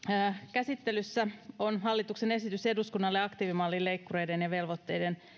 käsittelyssä on hallituksen esitys eduskunnalle aktiivimallin leikkureiden ja velvoitteiden